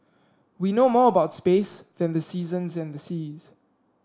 we know more about space than the seasons and the seas